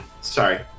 Sorry